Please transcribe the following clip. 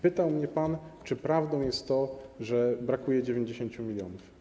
Pytał mnie pan, czy prawdą jest to, że brakuje 90 mln.